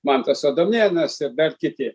mantas adomėnas ir dar kiti